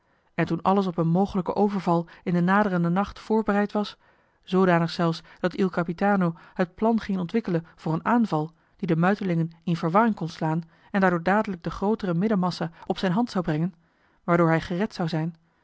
en toen alles op een mogelijken overval in den naderenden nacht voorbereid was zoodanig zelfs dat il capitano het plan ging ontwikkelen voor een aanval die de muitelingen in verwarring kon slaan en daardoor dadelijk de grootere middenmassa op zijn hand zou brengen waardoor hij gered zou zijn